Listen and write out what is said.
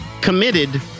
committed